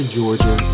Georgia